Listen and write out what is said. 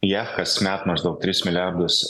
jav kasmet maždaug tris milijardus